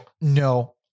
No